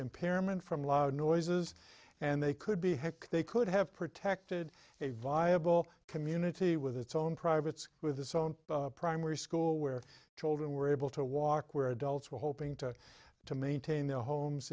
impairment from loud noises and they could be heck they could have protected a viable community with its own private with its own primary school where children were able to walk where adults were hoping to to maintain their homes